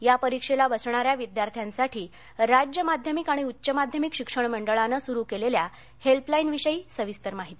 या परीक्षेला बसणाऱ्या विद्यार्थ्यांसाठी राज्य माध्यमिक आणि उच्च माध्यमिक शिक्षण मंडळानं सुरू केलेल्या हेल्पलाईनविषयी सविस्तर माहिती